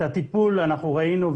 את הטיפול ראינו,